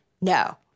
No